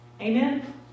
Amen